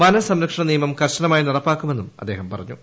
വനസംരക്ഷണ നിയമം കർശനമായി നടപ്പാക്കുമെന്നും അദ്ദേഹം പറഞ്ഞു